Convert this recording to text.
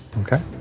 Okay